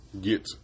get